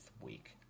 week